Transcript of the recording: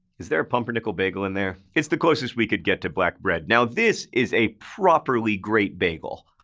is there a pumpernickel bagel in there? it's the closest we could get to black bread. now. this is a properly great bagel